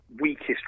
weakest